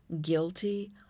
guilty